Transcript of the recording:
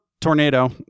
tornado